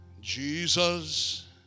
Jesus